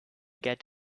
get